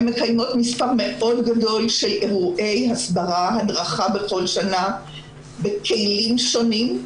הן מקיימות מספר מאוד גדול של אירועי הסברה והדרכה בכל שנה בכלים שונים,